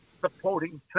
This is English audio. supporting